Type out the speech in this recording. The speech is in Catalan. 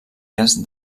dies